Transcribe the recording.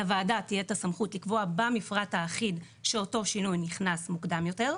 לוועדה תהיה את הסמכות לקבוע במפרט האחיד שאותו שינוי נכנס מוקדם יותר.